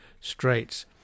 Straits